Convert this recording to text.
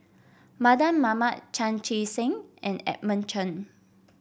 Mardan Mamat Chan Chee Seng and Edmund Chen